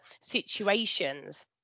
situations